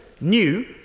new